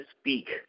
speak